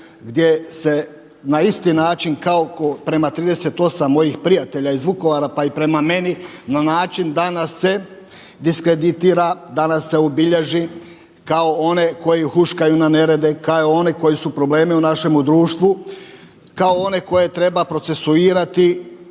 gdje se na isti način kao prema 38 mojih prijatelja iz Vukovara, pa i prema meni na način da nas se diskreditira, da nas se obilježi kao one koji huškaju na nerede, kao one koji su problemi u našemu društvu, kao one koje treba procesuirati